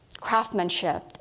craftsmanship